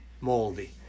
moldy